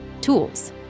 tools